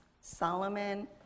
Solomon